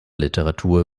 literatur